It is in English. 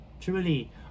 truly